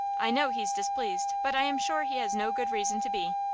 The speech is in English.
i know he's displeased, but i am sure he has no good reason to be.